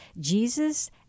Jesus